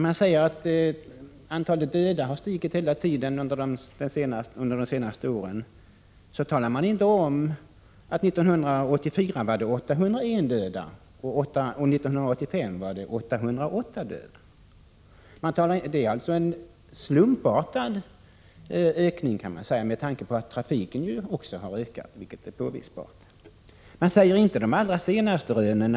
Man säger att antalet döda har stigit hela tiden under de senaste åren, men man talar inte om att det dödades 801 personer under 1984 och 808 under 1985. Med tanke på att trafikvolymen också har ökat — vilket är påvisbart — kan man säga att det rör sig om en slumpartad ökning.